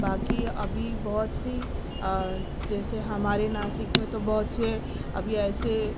باقی ابھی بہت سی جیسے ہمارے ناسک میں تو بہت سے ابھی ایسے